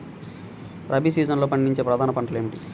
రబీ సీజన్లో పండించే ప్రధాన పంటలు ఏమిటీ?